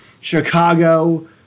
Chicago